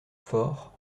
fort